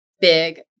big